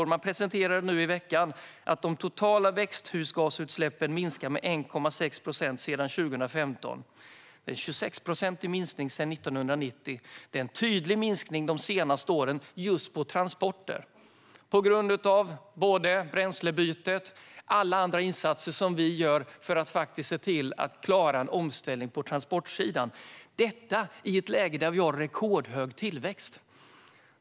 Nu i veckan presenterade man att de totala växthusgasutsläppen har minskat med 1,6 procent sedan 2015. Det är en 26-procentig minskning sedan 1990. Det är en tydlig minskning under de senaste åren just på transporter tack vare bränslebytet och alla andra insatser som vi gör för att se till att klara en omställning på transportsidan - detta i ett läge när vi har rekordhög tillväxt.